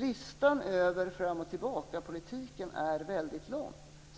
Listan över fram-och-tillbaka-politiken är mycket lång: